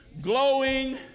glowing